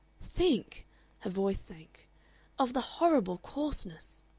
think her voice sank of the horrible coarseness!